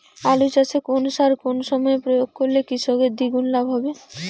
আলু চাষে কোন সার কোন সময়ে প্রয়োগ করলে কৃষকের দ্বিগুণ লাভ হবে?